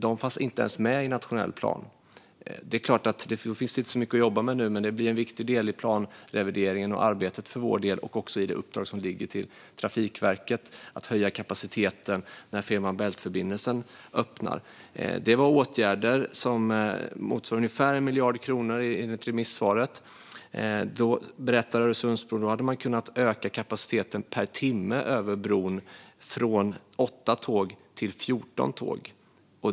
Dessa fanns inte ens med i nationell plan. Det finns inte så mycket att jobba med nu. Men det blir en viktig del i planrevideringen och arbetet för vår del och också i det uppdrag som ligger till Trafikverket att höja kapaciteten när Fehmarn Bält-förbindelsen öppnar. Det var åtgärder som motsvarar ungefär 1 miljard kronor enligt remissvaret. De på Öresundsbron berättade att man hade kunnat öka kapaciteten per timme över bron från 8 tåg till 14 tåg.